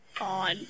on